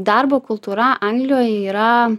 darbo kultūra anglijoje yra